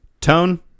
Tone